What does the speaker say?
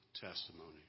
testimony